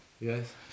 yes